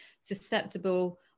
susceptible